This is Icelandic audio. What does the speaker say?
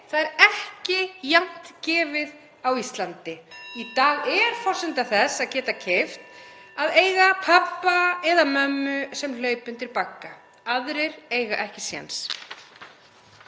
Það er ekki jafnt gefið á Íslandi. Í dag er forsenda þess að geta keypt að eiga pabba eða mömmu sem hlaupa undir bagga. Aðrir eiga ekki séns.